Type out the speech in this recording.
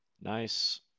nice